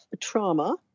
trauma